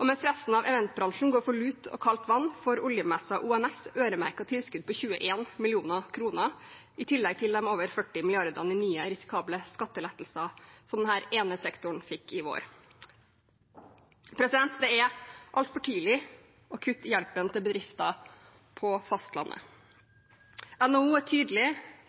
Og mens resten av eventbransjen går for lut og kaldt vann, får oljemessen ONS øremerkede tilskudd på 21 mill. kr, i tillegg til de over 40 mrd. kr i nye risikable skattelettelser som denne ene sektoren fikk i vår. Det er altfor tidlig å kutte i hjelpen til bedrifter på